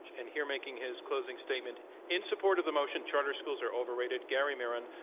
and here making his closing statement in support of the motion, charter schools are overrated, gary miron,